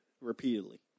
repeatedly